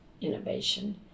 innovation